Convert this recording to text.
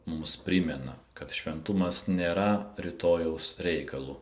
mums primena kad šventumas nėra rytojaus reikalu